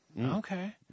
okay